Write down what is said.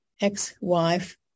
ex-wife